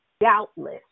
Doubtless